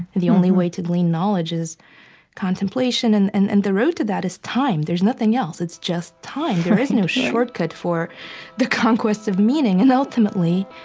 and the only way to glean knowledge is contemplation, and and and the road to that is time. there's nothing else. it's just time. there is no shortcut for the conquest of meaning. and ultimately,